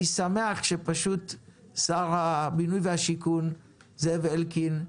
אני שמח ששר הבינוי והשיכון זאב אלקין,